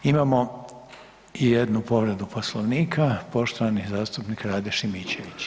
Imamo jednu povredu Poslovnika, poštovani zastupnik Rade Šimičević.